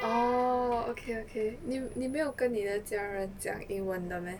orh okay okay 你没有跟你的家人讲英文的 meh